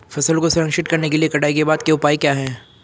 फसल को संरक्षित करने के लिए कटाई के बाद के उपाय क्या हैं?